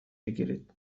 بگیرید